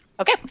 Okay